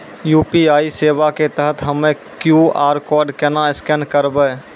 UPI सेवा के तहत हम्मय क्यू.आर कोड केना स्कैन करबै?